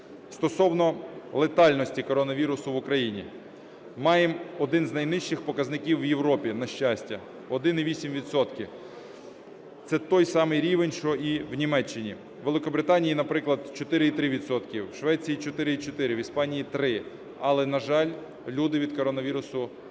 Стосовно летальності коронавірусу в Україні. Маємо один з найнижчих показників в Європі, на щастя: 1,8 відсотка. Це той самий рівень, що і в Німеччині. У Великобританії, наприклад, 4,3 відсотка, в Швеції – 4,4, в Іспанії – 3. Але, на жаль, люди від коронавірусу